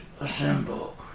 assemble